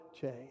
change